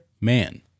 Man